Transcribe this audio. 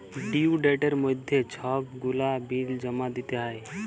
due ডেটের মইধ্যে ছব গুলা বিল জমা দিতে হ্যয়